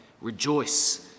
Rejoice